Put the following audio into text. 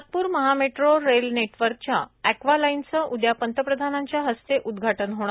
नागपूर महामेट्रो रेल नेटवर्कच्या एक्वालाईनचं उद्या पंतप्रधानांच्या हस्ते उद्घाटन होणार